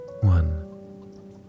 One